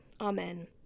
Amen